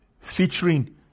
featuring